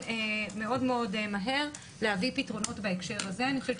מאוד מהר להביא פתרונות בהקשר הזה.